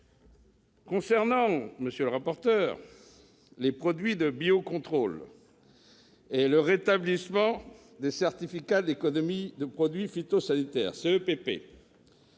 Concernant les produits de biocontrôle et le rétablissement des certificats d'économie de produits phytosanitaires, la